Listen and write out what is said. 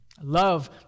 Love